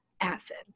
acid